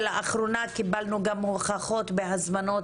ולאחרונה קיבלנו גם הוכחות בהזמנות